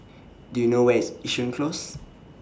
Do YOU know Where IS Yishun Close